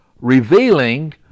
revealing